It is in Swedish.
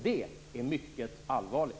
Det är mycket allvarligt.